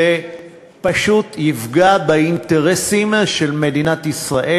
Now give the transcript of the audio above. זה פשוט יפגע באינטרסים של מדינת ישראל.